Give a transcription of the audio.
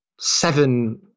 seven